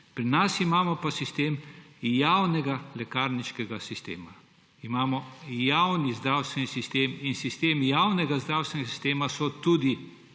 pri nas imamo pa javni lekarniški sistem. Imamo javni zdravstveni sistem in del javnega zdravstvenega sistema so tudi